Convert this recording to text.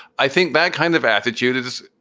i think that kind of attitude is,